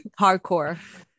hardcore